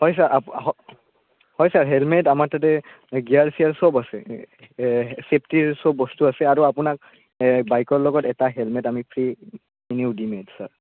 হয় ছাৰ হয় sir helmet আমাৰ তাতে গিয়াৰ চিয়াৰ চব আছে চেফটিৰ চব বস্তু আছে আৰু আপোনাক বাইকৰ লগত এটা হেলমেট আমি ফ্ৰী কিনিও দিম নিশ্চয়